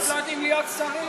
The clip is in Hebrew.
הם פשוט לא יודעים להיות שרים,